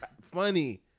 funny